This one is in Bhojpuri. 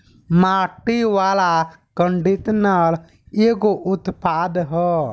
माटी वाला कंडीशनर एगो उत्पाद ह